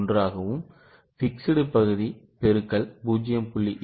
1 ஆகவும் fixed பகுதி X 0